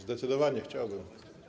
Zdecydowanie chciałbym.